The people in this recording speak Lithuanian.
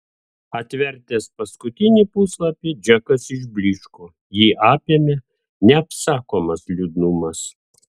atvertęs paskutinį puslapį džekas išblyško jį apėmė neapsakomas liūdnumas